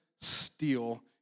steal